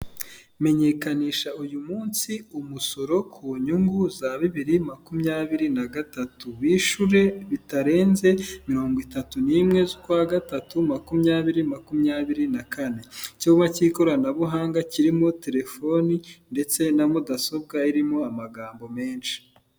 Menyekanisha uyu munsi umusoro ku nyungu za bibiri makumyabiri na gatatu ,bishure bitarenze mirongo itatu n'imwe z'ukwa gatatu makumyabiri makumyabiri na kane. Icyumba cy'ikoranabuhanga kirimo telefoni ndetse na mudasobwa irimo amagambo menshi.